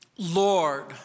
Lord